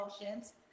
emotions